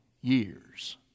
years